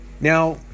Now